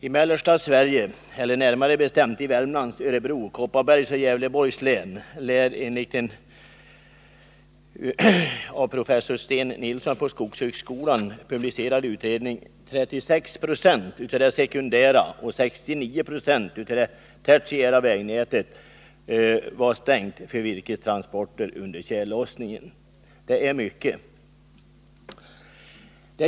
I mellersta Sverige, eller närmare bestämt i Värmlands, Örebro, Kopparbergs och Gävleborgs län, lär enligt en av professor Sten Nilsson vid skogshögskolan publicerad utredning 36 Jo av det sekundära och 69 96 av det tertiära vägnätet vara stängt för virkestransporter under tjällossningen. Det är mycket.